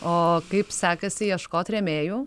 o kaip sekasi ieškot rėmėjų